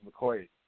McCoy